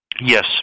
Yes